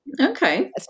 Okay